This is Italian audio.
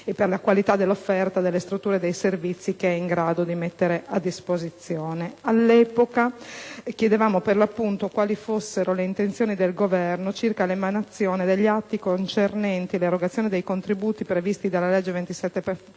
e per la qualità dell'offerta delle strutture e dei servizi che è in grado di mettere a disposizione. All'epoca chiedevamo quali fossero le intenzioni del Governo circa l'emanazione degli atti concernenti l'erogazione dei contributi previsti dalla legge 27